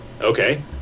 Okay